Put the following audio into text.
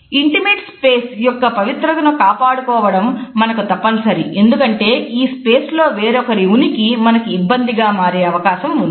intimate space యొక్క పవిత్రతను కాపాడుకోవడం మనకు తప్పనిసరి ఎందుకంటే ఈ స్పేస్ లో వేరొకరి ఉనికి మనకు ఇబ్బంది గా మారె అవకాశం ఉంది